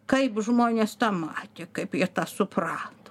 kaip žmonės tą matė kaip jie tą suprato